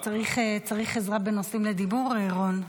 צריך עזרה בנושאים לדיבור, רון?